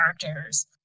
characters